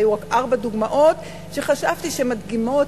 ואלה היו רק ארבע דוגמאות שחשבתי שהן מדגימות,